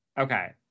Okay